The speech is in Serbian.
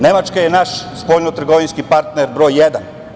Nemačka je naš spoljnotrgovinski partner broj jedan.